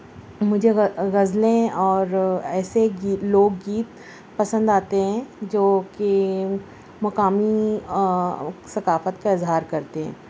مجھے غزلیں اور ایسے گی لوک گیت پسند آتے ہیں جوکہ مقامی ثقافت کا اظہار کرتے ہیں